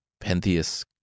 Pentheus